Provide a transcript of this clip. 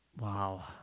Wow